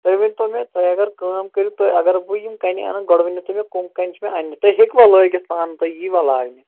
تُہۍ ؤنۍتو مےٚ تۄہہِ اگر کٲم کٔرِو تۄہہِ اگر بہٕ یِم کَنہِ اَنان گۄڈٕ ؤنِو تُہۍ مےٚ کَم کَنہِ چھِ مےٚ اَنٛنہِ تُہۍ ہیٚکوا لٲگِتھ پانہٕ تُہۍ ییٖوا لاگنہِ